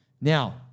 Now